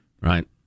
Right